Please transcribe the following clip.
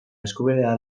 eskubidea